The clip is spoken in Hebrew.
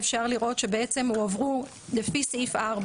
אפשר לראות שהועברו לפי סעיף 4,